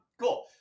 Cool